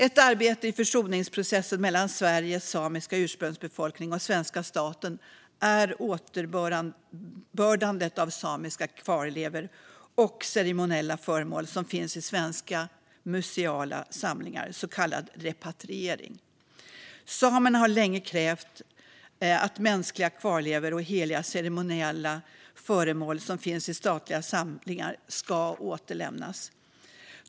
Ett arbete i försoningsprocessen mellan Sveriges samiska ursprungsbefolkning och svenska staten är återbördandet av samiska kvarlevor och ceremoniella föremål som finns i svenska museala samlingar, så kallad repatriering. Samerna har länge krävt att mänskliga kvarlevor och heliga ceremoniella föremål som finns i statliga samlingar ska återlämnas.